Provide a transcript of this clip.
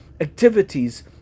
activities